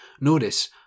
Notice